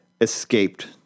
escaped